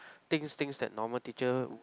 things things that normal teacher